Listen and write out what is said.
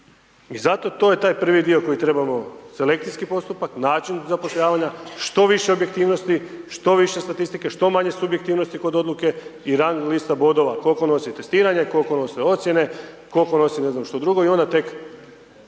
I zato to je tak prvi dio koji trebamo selekcijski postupak, način zapošljavanja, što više objektivnosti, što više statistike, što manje subjektivnosti kod odluke i rang lista bodova, koliko nosi testiranje, koliko nose ocjene, koliko nosi ne znam što drugo i onda tek